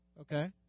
Okay